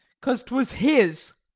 cause twas his.